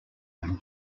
own